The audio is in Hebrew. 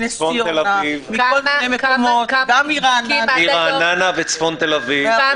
מנס ציונה --- מרעננה ומצפון תל אביב.